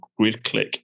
GridClick